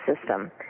system